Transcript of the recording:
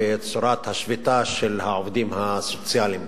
בצורת השביתה של העובדים הסוציאליים,